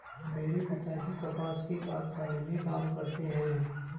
मेरे पिताजी कपास के कारखाने में काम करते हैं